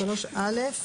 אין נמנעים.